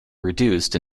reduced